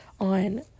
on